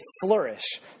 flourish